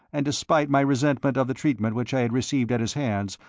and despite my resentment of the treatment which i had received at his hands,